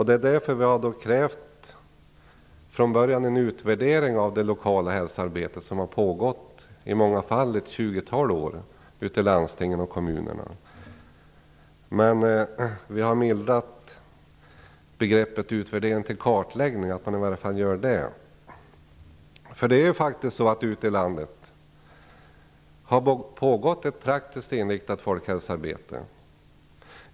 Det är därför vi från början har krävt en utvärdering av det lokala hälsoarbete som i många fall har pågått i ett tjugotal år ute i landstingen och kommunerna. Vi har mildrat begreppet "utvärdering" och vill nu att man i varje fall skall göra en "kartläggning". Ute i landet har det faktiskt pågått ett praktiskt inriktat folkhälsoarbete.